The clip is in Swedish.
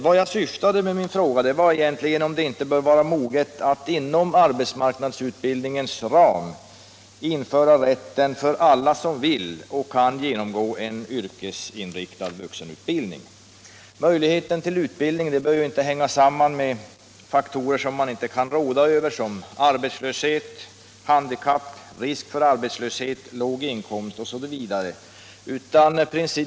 Vad jag åsyftade med min fråga var att diskutera huruvida tiden inte bör vara mogen för att öppna arbetsmarknadsutbildningen för alla som vill och kan genomgå en yrkesinriktad vuxenutbildning. Möjligheten till utbildning bör ju inte hänga samman med faktorer som man inte kan råda över, såsom arbetslöshet eller risk för arbetslöshet, handikapp, låg inkomst osv.